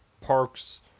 Parks